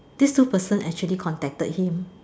these two person actually contacted him